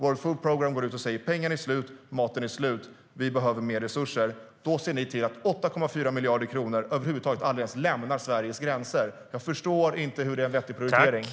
World Food Programme går ut och säger att pengarna och maten är slut och att man behöver mer resurser. Då ser ni till att 8,4 miljarder kronor över huvud taget aldrig ens lämnar Sveriges gränser. Jag förstår inte hur det skulle vara en vettig prioritering.